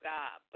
God